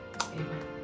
amen